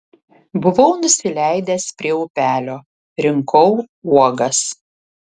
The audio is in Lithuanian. buvau nusileidęs prie upelio rinkau uogas